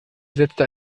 setzte